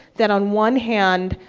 that on one hand,